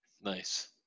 Nice